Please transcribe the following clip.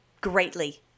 greatly